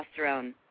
testosterone